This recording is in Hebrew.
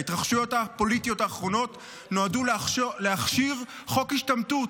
ההתרחשויות הפוליטיות האחרונות נועדו להכשיר חוק השתמטות.